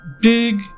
big